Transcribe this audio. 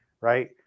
Right